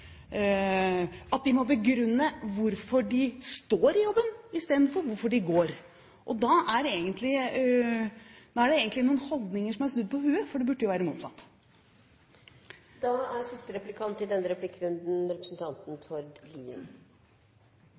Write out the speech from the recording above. at de må begrunne hvorfor de står i jobben i stedet for hvorfor de går. Da er det egentlig noen holdninger som er snudd på hodet, for det burde være motsatt. Både representanten Hagen og statsråden viser i